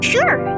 Sure